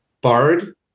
Bard